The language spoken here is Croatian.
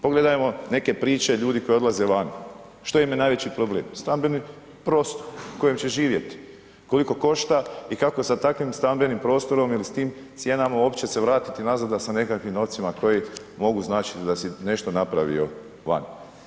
Pogledajmo neke priče ljudi koji odlaze vani, što im je najveći problem, stambeni prostor u kojem će živjeti, koliko košta i kako sa takvim stambenim prostorom ili s tim cijenama uopće se vratiti nazad da sa nekakvim novcima koji mogu značiti da si nešto napravio van.